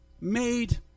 made